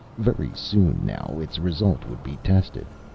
very soon now its result would be tested.